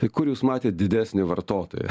tai kur jūs matėt didesnį vartotoją